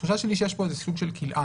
התחושה שלי היא שיש כאן איזה סוג של כלאיים.